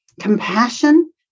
compassion